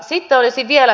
sitten olisi vielä